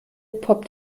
poppt